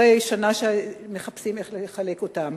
אחרי שנה שמחפשים איך לחלק אותם.